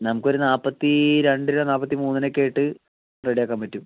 നമുക്കൊരു നാല്പത്തി രണ്ടിനോ നാപ്പത്തി മൂന്നിനോ ഒക്കെയായിട്ട് റെഡിയാക്കാൻ പറ്റും